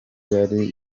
yari